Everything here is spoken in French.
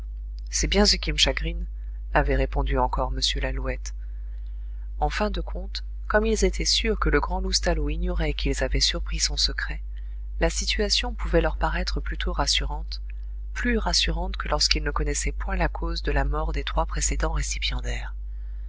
c'est bien ce qui me chagrine avait répondu encore m lalouette en fin de compte comme ils étaient sûrs que le grand loustalot ignorait qu'ils avaient surpris son secret la situation pouvait leur paraître plutôt rassurante plus rassurante que lorsqu'ils ne connaissaient point la cause de la mort des trois précédents récipiendaires